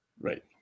Right